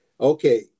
Okay